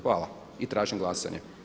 Hvala i tražim glasanje.